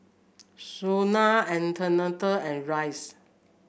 Shenna Antonetta and Rice